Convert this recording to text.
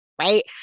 right